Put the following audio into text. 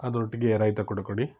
ಅದರೊಟ್ಟಿಗೆ ರಾಯ್ತ ಕೂಡ ಕೊಡಿ